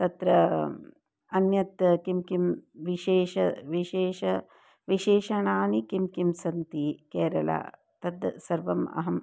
तत्र अन्यत् किं किं विशेषः विशेषः विशेषणानि किं किं सन्ति केरलां तद् सर्वम् अहं